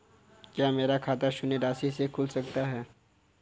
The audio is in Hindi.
क्या मेरा खाता शून्य राशि से खुल सकता है?